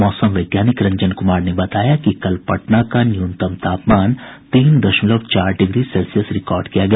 मौसम वैज्ञानिक रंजन कुमार ने बताया कि कल पटना का न्यूनतम तापमान तीन दशमलव चार डिग्री सेल्सियस रिकॉर्ड किया गया